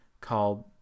called